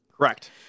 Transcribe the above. Correct